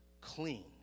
clean